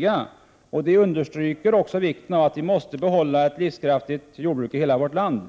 1988/89:127 understryker också vikten av att vi behåller ett livskraftigt jordbruk i hela — 2 juni 1989 vårt land.